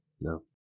No